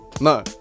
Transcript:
No